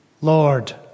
Lord